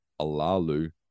Alalu